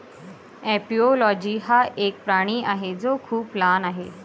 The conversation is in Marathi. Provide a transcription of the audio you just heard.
एपिओलोजी हा एक प्राणी आहे जो खूप लहान आहे